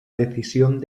decisión